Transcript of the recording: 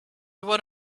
one